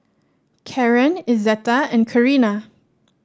Karren Izetta and Carina